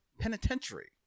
Penitentiary